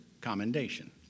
commendation